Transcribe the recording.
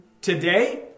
today